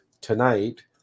tonight